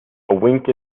wink